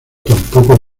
tampoco